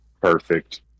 Perfect